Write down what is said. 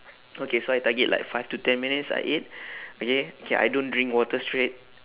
okay so I target like five to ten minutes I eat okay okay I don't drink water straight